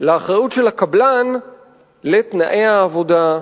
לאחריות של הקבלן לתנאי העבודה,